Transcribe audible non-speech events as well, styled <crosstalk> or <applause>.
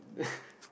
<breath>